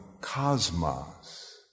cosmos